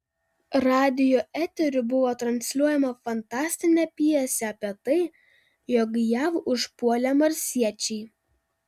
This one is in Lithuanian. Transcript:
radijo eteriu buvo transliuojama fantastinė pjesė apie tai jog jav užpuolė marsiečiai